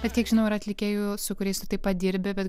bet kiek žinauyra atlikėjų su kuriais taip padirbi bet